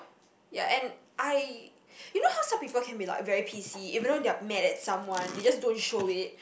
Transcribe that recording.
ya and I you know how some people can be like very pissy even though they are mad at someone they just don't show it